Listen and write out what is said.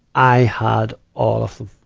i had all of them.